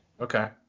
okay